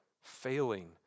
failing